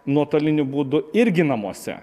nuotoliniu būdu irgi namuose